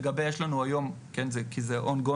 כי זה on going